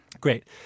Great